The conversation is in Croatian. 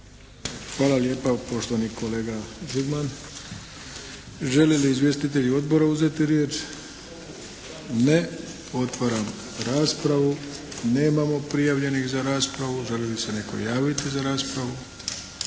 Hvala lijepa poštovani kolega Žigman. Žele li izvjestitelji odbora uzeti riječ? Ne. Otvaram raspravu. Nemamo prijavljenih za raspravu. Želi li se netko javiti za raspravu?